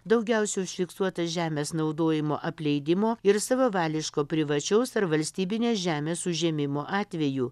daugiausia užfiksuota žemės naudojimo apleidimo ir savavališko privačios ar valstybinės žemės užėmimo atvejų